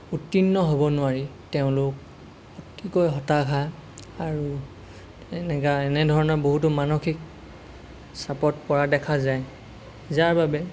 উত্তীৰ্ণ হ'ব নোৱাৰি তেওঁলোক অতিকৈ হতাশা আৰু তেনেকা এনেধৰণৰ বহুতো মানসিক চাপত পৰা দেখা যায় যাৰ বাবে